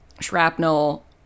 shrapnel